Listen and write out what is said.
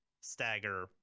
stagger